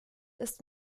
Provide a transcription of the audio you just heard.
ist